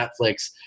Netflix –